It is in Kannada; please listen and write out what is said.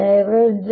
H